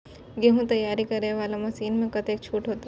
गेहूं तैयारी करे वाला मशीन में कतेक छूट होते?